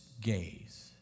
gaze